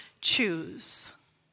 choose